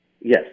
Yes